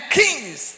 kings